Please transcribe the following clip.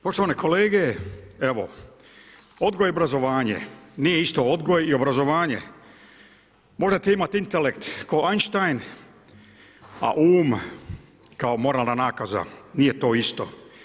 Poštovane kolege, evo, odgoj i obrazovanje nije isto odgoj i obrazovanje, možete imati intelekt kao Einstein, a um kao moralna nakaza, nije to isto.